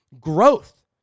growth